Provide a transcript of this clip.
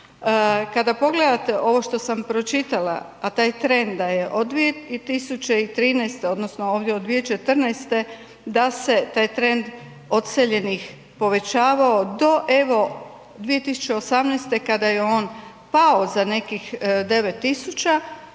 Kada pogledate ovo što sam pročitala, a taj trend da je od 2013. odnosno od 2014. da se taj trend odseljenih povećavao do 2018. kada je on pao za nekih 9.000